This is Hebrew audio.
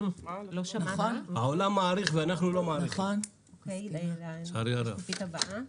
העולם מעריך ואנחנו לא מעריכים, לצערי הרב.